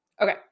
okay